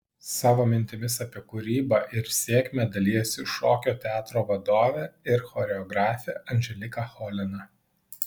savo mintimis apie kūrybą ir sėkmę dalijasi šokio teatro vadovė ir choreografė anželika cholina